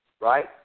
right